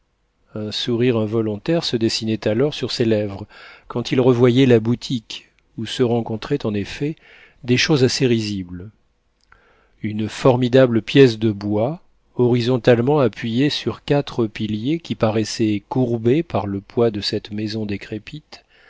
un sourire involontaire se dessinait alors sur ses lèvres quand il revoyait la boutique où se rencontraient en effet des choses assez risibles une formidable pièce de bois horizontalement appuyée sur quatre piliers qui paraissaient courbés par le poids de cette maison décrépite